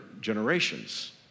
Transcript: generations